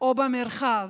או במרחב.